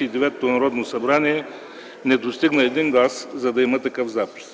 деветото Народно събрание не достигна един глас, за да има такъв запис.